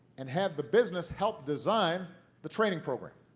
and have the business help design the training program,